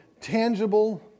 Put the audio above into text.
tangible